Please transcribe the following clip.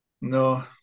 no